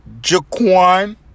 Jaquan